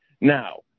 Now